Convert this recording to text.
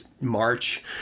march